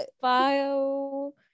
bio